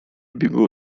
biegło